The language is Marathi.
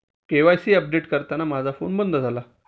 के.वाय.सी अपडेट करताना माझा फोन बंद झाला